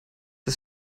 das